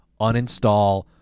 uninstall